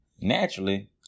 Naturally